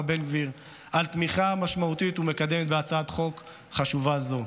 בן גביר על תמיכה משמעותית ומקדמת בהצעת חוק חשובה זו.